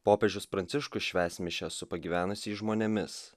popiežius pranciškus švęs mišias su pagyvenusiais žmonėmis